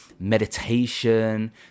meditation